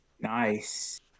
nice